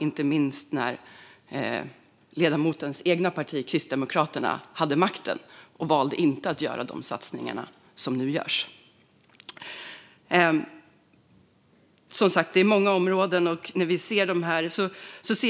Inte minst när ledamotens eget parti Kristdemokraterna hade makten valde man inte att göra de satsningar som nu görs. Det är som sagt många områden.